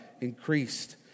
increased